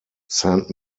saint